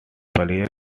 player